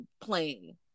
playing